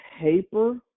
paper